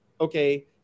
Okay